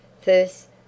First